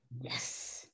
Yes